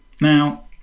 Now